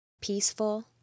peaceful